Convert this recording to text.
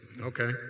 Okay